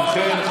ובכן,